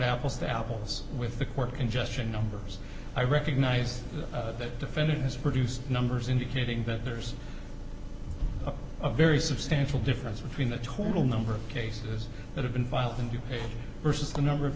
apples to apples with the court congestion numbers i recognize that defended his produced numbers indicating that there's a very substantial difference between the total number of cases that have been filed and you ursus the number of